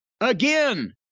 Again